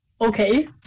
Okay